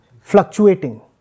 fluctuating